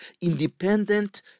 independent